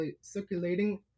circulating